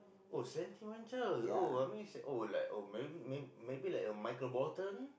oh sentimental oh I mean oh like oh mayb~ maybe maybe like uh Michael-Bolton